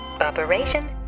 Operation